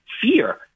fear